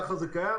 ככה זה קיים.